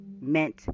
meant